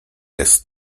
jest